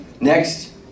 Next